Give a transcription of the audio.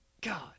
God